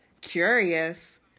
Curious